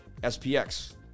SPX